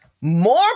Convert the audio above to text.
More